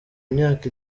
imyaka